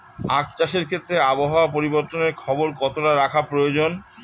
আখ চাষের ক্ষেত্রে আবহাওয়ার পরিবর্তনের খবর কতটা রাখা প্রয়োজন?